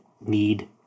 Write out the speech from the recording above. need